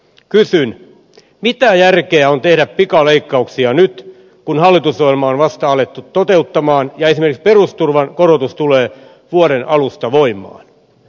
kysyn mitä järkeä on tehdä pikaleikkauksia nyt kun hallitusohjelmaa on vasta alettu toteuttaa ja esimerkiksi perusturvan korotus tulee vuoden alusta voimaan